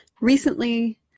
Recently